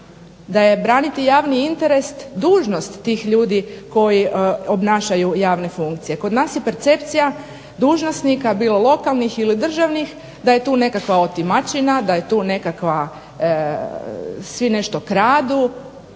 da je braniti javni interes dužnost tih ljudi koji obnašaju javne funkcije. Kod nas je percepcija dužnosnika, bilo lokalnih ili državnih, da je tu nekakva otimačina, da je tu nekakva svi nešto kradu.